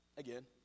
Again